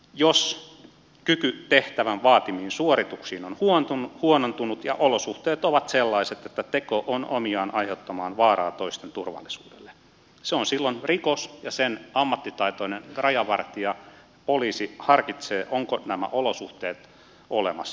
jos kyky tehtävän vaatimiin suorituksiin on huonontunut ja olosuhteet ovat sellaiset että teko on omiaan aiheuttamaan vaaraa toisten turvallisuudelle se on silloin rikos ja sen ammattitaitoinen rajavartija tai poliisi harkitsee ovatko nämä olosuhteet olemassa